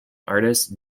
artist